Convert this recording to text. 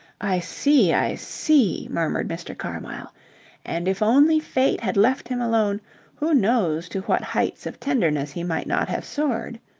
i see, i see, murmured mr. carmyle and if only fate had left him alone who knows to what heights of tenderness he might not have soared?